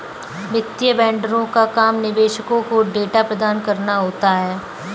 वित्तीय वेंडरों का काम निवेशकों को डेटा प्रदान कराना होता है